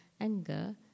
anger